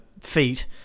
feet